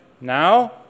now